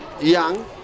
Young